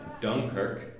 Dunkirk